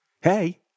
Hey